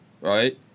right